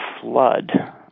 flood